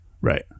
Right